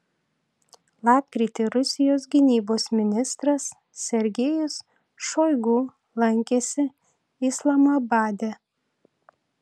lapkritį rusijos gynybos ministras sergejus šoigu lankėsi islamabade